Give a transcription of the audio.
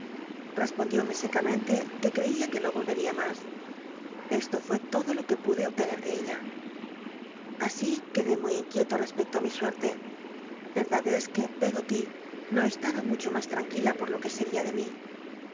llespondióme secamente que creia que no voheria mas esto fuó todo lo que pude obtener de ella así c uede nnty inquieto re pecto á mi suerte wdad es que pe oty no estaba mucho mas tranquila por lo que seria de mi